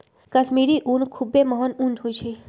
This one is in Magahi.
कश्मीरी ऊन खुब्बे महग ऊन होइ छइ